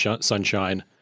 sunshine